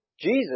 Jesus